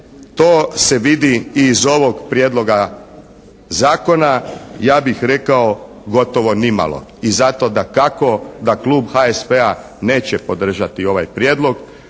to se vidi i iz ovog prijedloga zakona, ja bih rekao gotovo ni malo. I zato dakako da klub HSP-a neće podržati ovaj prijedlog